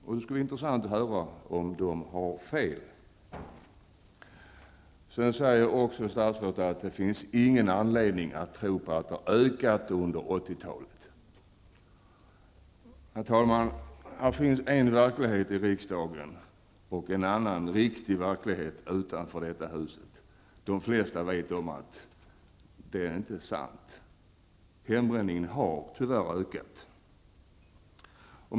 Det skulle vara intressant att få höra om de har fel. Statsrådet säger också att det inte finns någon anledning att tro att hembränningen har ökat under Herr talman! Det finns en verklighet här i riksdagen och en annan riktig verklighet utanför detta hus. De flesta vet om att det som statsrådet säger inte är sant. Hembränningen har tyvärr ökat.